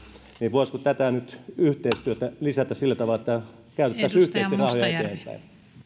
voisiko tätä yhteistyötä lisätä sillä tavalla että käytettäisiin yhteisesti rahoja eteenpäin